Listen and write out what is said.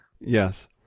Yes